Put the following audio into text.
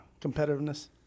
competitiveness